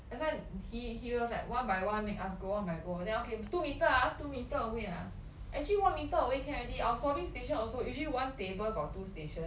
that's why he he was like one by one make us go on by go then okay two metre ah two metre away ah actually one metre away can already our swabbing station also usually one table got two station